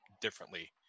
differently